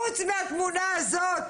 חוץ מהתמונה הזאת.